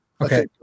Okay